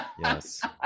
Yes